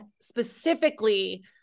specifically